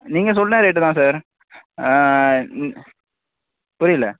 நீங்கள் சொன்ன ரேட்டு தான் சார் ஆ புரியல